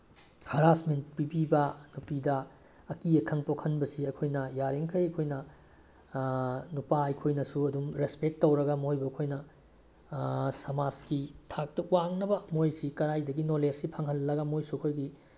harassment ꯄꯤꯕꯤꯕ ꯅꯨꯄꯤꯗ ꯑꯀꯤ ꯑꯈꯪ ꯄꯣꯛꯍꯟꯕꯁꯤ ꯑꯩꯈꯣꯏꯅ ꯉꯥꯔꯤꯕꯃꯈꯩ ꯑꯩꯈꯣꯏꯅ ꯅꯨꯄꯥ ꯑꯩꯈꯣꯏꯅꯁꯨ ꯑꯗꯨꯝ ꯔꯦꯁꯄꯦꯛ ꯇꯧꯔꯒ ꯃꯣꯏꯕꯨ ꯑꯩꯈꯣꯏꯅ ꯁꯃꯥꯖꯀꯤ ꯊꯥꯛꯇ ꯋꯥꯡꯅꯕ ꯃꯣꯏꯁꯤ ꯀꯗꯥꯏꯗꯒꯤ ꯅꯣꯂꯦꯖꯁꯤ ꯐꯪꯍꯜꯂꯒ ꯃꯣꯏꯁꯨ ꯑꯩꯈꯣꯏꯒꯤ